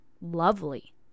lovely